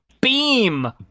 Beam